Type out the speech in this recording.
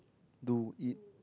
do eat